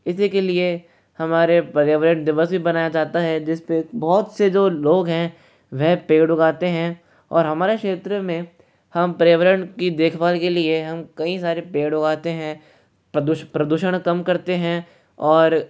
इसी के लिये हमारे पर्यावरण दिवस भी बनाया जाता है जिसपे बहुत से जो लोग हैं वह पेड़ उगाते हैं और हमारे क्षेत्र में हम पर्यावरण की देखभाल के लिए हम कई सारे पेड़ उगाते हैं प्रदूषण कम करते हैं और